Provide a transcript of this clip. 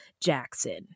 Jackson